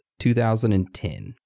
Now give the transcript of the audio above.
2010